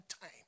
time